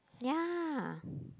ya